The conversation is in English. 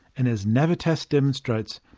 and as navitas demonstrates,